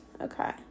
Okay